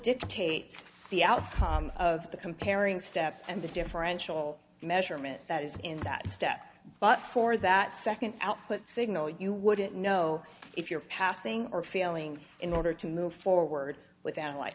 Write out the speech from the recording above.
dictates the outcome of the comparing steps and the differential measurement that is in that step but for that second output signal you wouldn't know if you're passing or feeling in order to move forward with